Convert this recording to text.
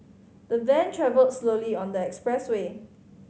the van travelled slowly on the expressway